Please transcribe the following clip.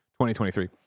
2023